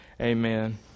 Amen